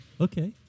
Okay